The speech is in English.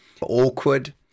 awkward